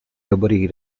dobrých